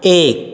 एक